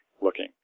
looking